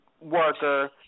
worker